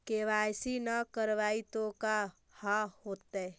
KYC न करवाई तो का हाओतै?